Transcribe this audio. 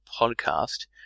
podcast